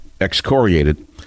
excoriated